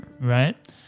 Right